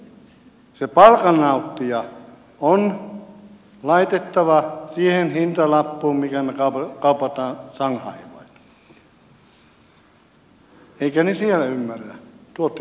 ja sekin se palkannauttija on laitettava siihen hintalappuun mikä me kaupataan vaikka shanghaihin eivätkä he siellä ymmärrä tuottiko se kaveri vai ei